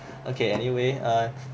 okay anyway err